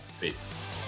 Peace